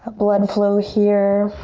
blood flow here.